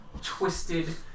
twisted